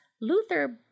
Luther